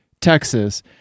Texas